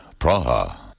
Praha